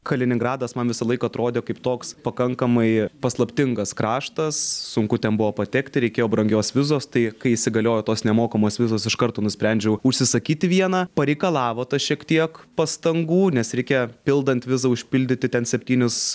kaliningradas man visąlaik atrodė kaip toks pakankamai paslaptingas kraštas sunku ten buvo patekti reikėjo brangios vizos tai kai įsigaliojo tos nemokamos vizos iš karto nusprendžiau užsisakyti vieną pareikalavo tas šiek tiek pastangų nes reikia pildant vizą užpildyti ten septynis